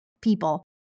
people